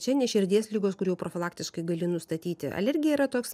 čia ne širdies ligos kur jau profilaktiškai gali nustatyti alergija yra toks